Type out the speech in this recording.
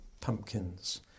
pumpkins